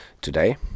today